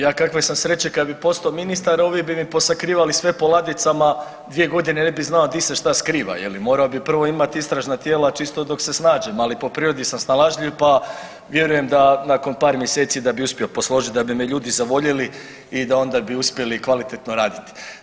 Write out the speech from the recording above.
Ja kakve sam sreće kad bi postavo ministar ovi bi mi posakrivali sve po ladicama, 2 godine ne bi znao gdje se šta skriva je li, morao bi prvo imati istražna tijela čisto dok se snađem, ali po prirodi sam snalažljiv pa vjerujem da nakon par mjeseci da bi uspio posložit, da bi me ljudi zavoljeli i da onda bi uspjeli kvalitetno raditi.